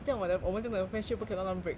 这样我的我们的 friendship 不可以乱乱 break